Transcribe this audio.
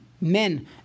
men